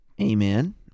Amen